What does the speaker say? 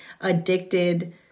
addicted